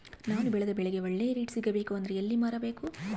ನಾನು ಬೆಳೆದ ಬೆಳೆಗೆ ಒಳ್ಳೆ ರೇಟ್ ಸಿಗಬೇಕು ಅಂದ್ರೆ ಎಲ್ಲಿ ಮಾರಬೇಕು?